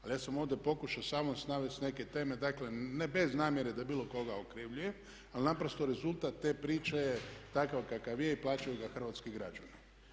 Ali ja sam ovdje pokušao samo neke teme dakle bez namjere da bilo koga okrivljujem ali naprosto rezultat te priče je takav kakav je i plaćaju ga hrvatski građani.